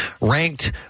ranked